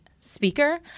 speaker